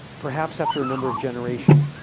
perhaps, after a number of generations,